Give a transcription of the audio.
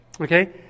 Okay